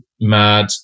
mad